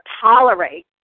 tolerate